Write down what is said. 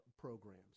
programs